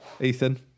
Ethan